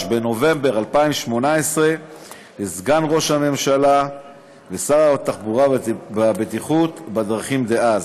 בנובמבר 2008 לסגן ראש הממשלה ושר התחבורה והבטיחות בדרכים דאז,